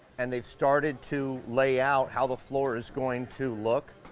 and they've started to lay out how the floor is going to look.